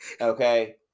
Okay